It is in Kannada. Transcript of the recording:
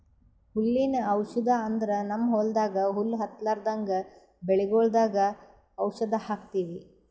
ಹುಲ್ಲಿನ್ ಔಷಧ್ ಅಂದ್ರ ನಮ್ಮ್ ಹೊಲ್ದಾಗ ಹುಲ್ಲ್ ಹತ್ತಲ್ರದಂಗ್ ಬೆಳಿಗೊಳ್ದಾಗ್ ಔಷಧ್ ಹಾಕ್ತಿವಿ